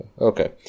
Okay